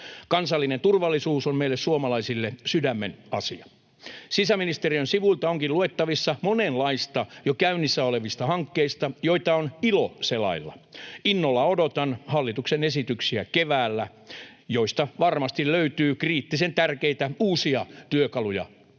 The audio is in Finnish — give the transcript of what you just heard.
Kansallinen turvallisuus on meille suomalaisille sydämenasia. Sisäministeriön sivuilta onkin luettavissa monenlaista jo käynnissä olevista hankkeista, joita on ilo selailla. Innolla odotan hallituksen esityksiä keväällä, joista varmasti löytyy kriittisen tärkeitä uusia työkaluja